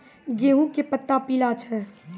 गेहूँ के पत्ता पीला छै?